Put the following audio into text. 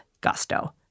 gusto